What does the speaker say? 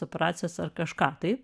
operacijas ar kažką tai